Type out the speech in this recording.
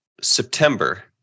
September